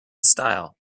style